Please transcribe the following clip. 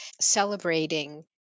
celebrating